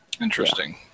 Interesting